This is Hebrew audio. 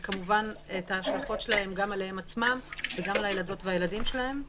וכמובן את ההשלכות שלהם גם עליהם עצמם וגם על הילדות והילדים שלהם.